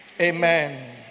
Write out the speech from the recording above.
Amen